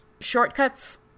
shortcuts